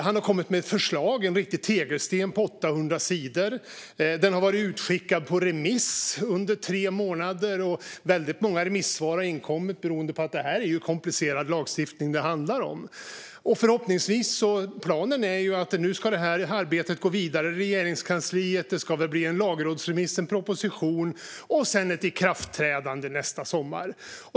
Han har kommit med ett förslag, en riktig tegelsten på 800 sidor. Det har varit utskickat på remiss under tre månader, och väldigt många remissvar har inkommit beroende på att det är komplicerad lagstiftning det handlar om. Planen är att arbetet nu ska gå vidare i Regeringskansliet. Det ska väl bli en lagrådsremiss, en proposition och sedan ett ikraftträdande nästa sommar.